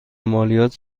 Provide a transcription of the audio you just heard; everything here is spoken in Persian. مالیات